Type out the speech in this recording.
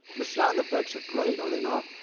the sound effects are great, are they not?